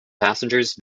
passengers